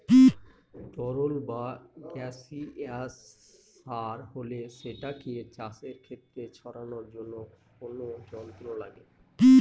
তরল বা গাসিয়াস সার হলে সেটাকে চাষের খেতে ছড়ানোর জন্য কোনো যন্ত্র লাগে